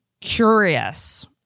curious